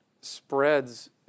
spreads